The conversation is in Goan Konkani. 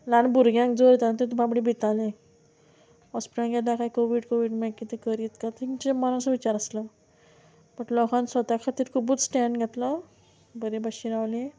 ल्हान भुरग्यांक जोर येता आनी ते बाबडी भितालीं हॉस्पिटलांत गेल्या काय कोवीड कोवीड मागीर कितें करीत काय तेंचे मनाचो विचार आसलो बट लोकांक स्वता खातीर खुबूच स्टॅन घेतलो बरी भाशेन रावलीं